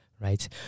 right